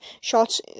Shots